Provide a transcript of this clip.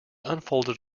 unfolded